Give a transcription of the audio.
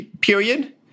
period